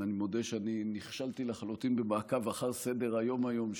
אני מודה שנכשלתי לחלוטין במעקב אחר סדר-היום היום,